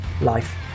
life